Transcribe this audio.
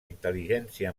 intel·ligència